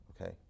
okay